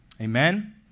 Amen